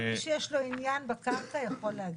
כל מי שיש לו עניין בקרקע יכול להגיש.